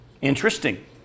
Interesting